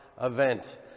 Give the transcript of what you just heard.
event